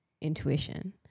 intuition